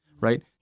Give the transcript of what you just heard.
right